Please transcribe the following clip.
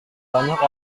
banyak